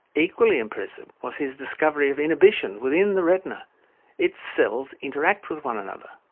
equally impressive was his discovery of inhibition within the retina its cells interact with one another.